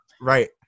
Right